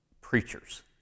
preachers